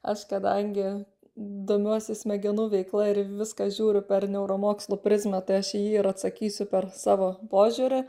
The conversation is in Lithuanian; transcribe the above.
aš kadangi domiuosi smegenų veikla ir viską žiūriu per neuromokslo prizmę tai aš jį ir atsakysiu per savo požiūrį